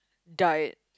died